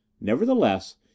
nevertheless